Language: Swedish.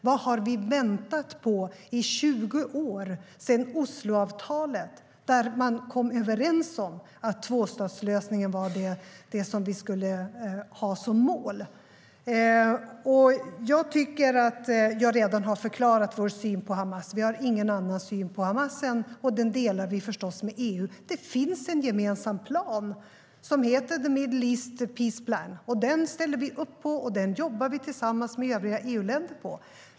Vad har vi väntat på i 20 år sedan Osloavtalet där man kom överens om att tvåstatslösningen var det som vi skulle ha som mål? Jag har redan förklarat vår syn på Hamas. Vi har ingen annan syn på Hamas, och den delar vi förstås med EU. Det finns en gemensam plan som heter Middle East Peace Plan. Den ställer vi upp på, och den jobbar vi tillsammans med övriga EU-länder på.